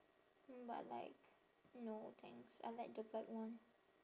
mm but like no thanks I like the black one